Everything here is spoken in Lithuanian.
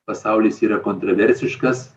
pasaulis yra kontroversiškas